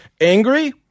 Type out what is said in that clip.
angry